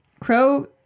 Crow